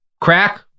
crack